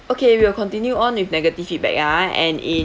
okay we will continue on with negative feedback ah and in